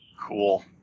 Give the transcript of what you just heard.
Cool